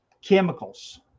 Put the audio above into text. chemicals